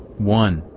one.